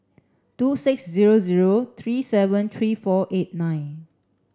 two six zero zero three seven three four eight nine